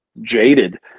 jaded